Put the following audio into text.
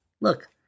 Look